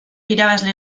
irabazle